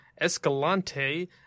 Escalante